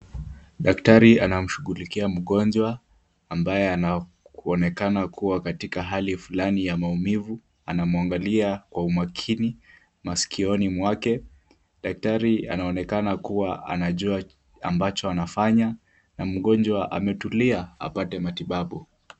Daktari anamshughulikia mgonjwa ambaye anaonekana kuwa katika hali fulani ya maumivu, anamwangalia kwa umakini masikioni mwake. Daktari anaonekana kuwa anajua ambacho anafanya na mgonjwa ametulia apate matibabu.